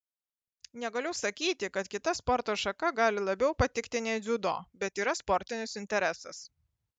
negaliu sakyti kad kita sporto šaka gali labiau patikti nei dziudo bet yra sportinis interesas